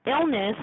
illness